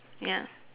ya